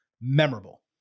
memorable